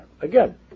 Again